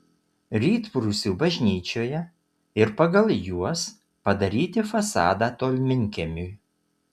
rytprūsių bažnyčioje ir pagal juos padaryti fasadą tolminkiemiui